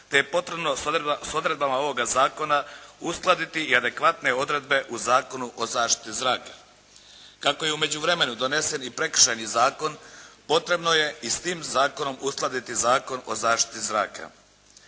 te je potrebno s odredbama ovoga zakona uskladiti i adekvatne odredbe u Zakonu o zaštiti zraka. Kako je u međuvremenu donesen i Prekršajni zakon, potrebno je i s tim zakonom uskladiti Zakon o zaštiti zraka.